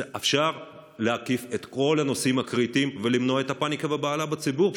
אפשר להקיף את כל הנושאים הקריטיים ולמנוע את הפניקה והבהלה בציבור.